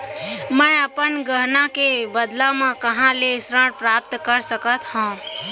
मै अपन गहना के बदला मा कहाँ ले ऋण प्राप्त कर सकत हव?